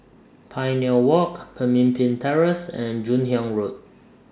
Pioneer Walk Pemimpin Terrace and Joon Hiang Road